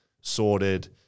sorted